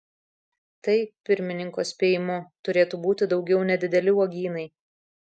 tai pirmininko spėjimu turėtų būti daugiau nedideli uogynai